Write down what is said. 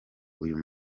uyu